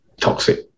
toxic